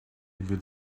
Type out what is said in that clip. with